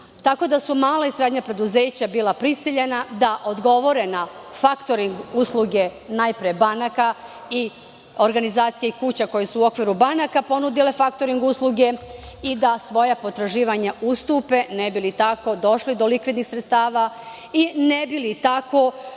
tako da su mala i srednja preduzeća bila prisiljena da odgovore na faktoring usluge, najpre, banaka, organizacija i kuća koje su u okviru banaka ponudile faktoring usluge i da svoja potraživanja ustupe ne bi li tako došle do likvidnih sredstava i ne bi li tako,